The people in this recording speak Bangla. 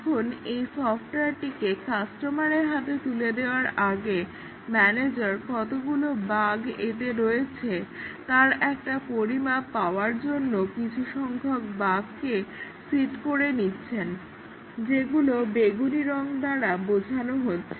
এখন এই সফটওয়ারটিকে কাস্টমারের হাতে তুলে দেওয়ার আগে ম্যানেজার কতগুলি বাগ্ এতে রয়েছে তার একটা পরিমাপ পাওয়ার জন্য কিছু সংখ্যক বাগকে সীড করে নিচ্ছেন যেগুলোকে বেগুনি রঙ দ্বারা বোঝানো হচ্ছে